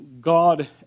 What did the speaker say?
God